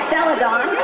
Celadon